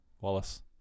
Wallace